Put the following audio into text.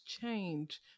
change